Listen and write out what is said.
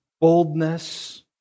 Boldness